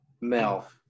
Mel